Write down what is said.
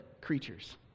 creatures